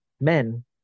men